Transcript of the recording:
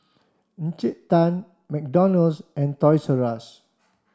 Encik Tan McDonald's and Toys